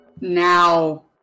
Now